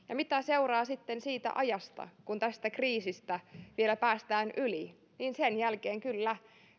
ja mitä seuraa sitten siitä ajasta kun tästä kriisistä vielä päästään yli sen jälkeen kyllä